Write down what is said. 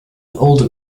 older